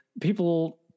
People